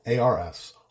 ARS